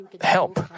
help